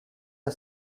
are